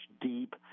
deep